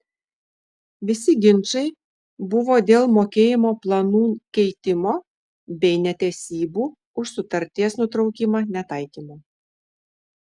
visi ginčai buvo dėl mokėjimo planų keitimo bei netesybų už sutarties nutraukimą netaikymo